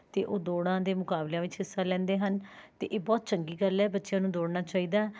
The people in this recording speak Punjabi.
ਅਤੇ ਉਹ ਦੌੜਾਂ ਦੇ ਮੁਕਾਬਲਿਆਂ ਵਿੱਚ ਹਿੱਸਾ ਲੈਂਦੇ ਹਨ ਅਤੇ ਇਹ ਬਹੁਤ ਚੰਗੀ ਗੱਲ ਹੈ ਬੱਚਿਆਂ ਨੂੰ ਦੌੜਨਾ ਚਾਹੀਦਾ ਹੈ